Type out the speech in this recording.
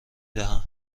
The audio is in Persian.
دهم